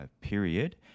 period